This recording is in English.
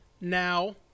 Now-